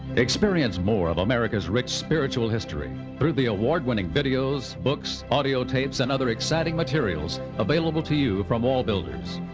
experience more of america's rich, spiritual history through the award winning videos, books, audio tapes, and other exciting materials available to you from wallbuilders.